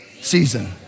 season